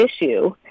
issue